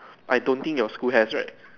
I don't think your school has right